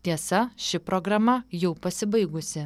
tiesa ši programa jau pasibaigusi